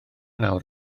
nawr